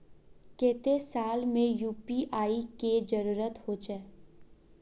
केते साल में यु.पी.आई के जरुरत होचे?